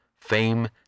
fame